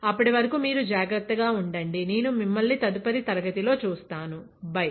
అప్పటి వరకు మీరు జాగ్రత్తగా ఉండండి నేను మిమ్మల్ని తదుపరి తరగతిలో చూస్తాను బై